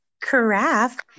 carafe